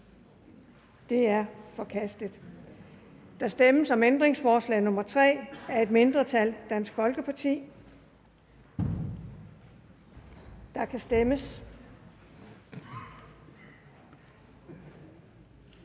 Det er forkastet. Der stemmes om ændringsforslag nr. 3 af et mindretal (DF), og der kan stemmes.